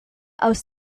aus